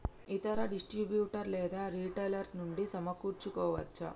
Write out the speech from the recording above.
ఇతర డిస్ట్రిబ్యూటర్ లేదా రిటైలర్ నుండి సమకూర్చుకోవచ్చా?